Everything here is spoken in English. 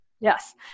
Yes